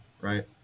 right